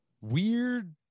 weird